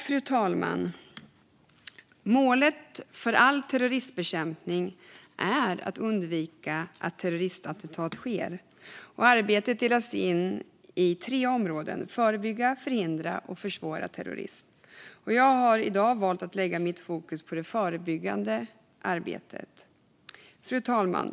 Fru talman! Målet för all terrorismbekämpning är att undvika att terroristattentat sker. Arbetet mot terrorism delas in i tre områden: förebygga, förhindra och försvåra. Jag har i dag valt att lägga mitt fokus på det förebyggande arbetet. Fru talman!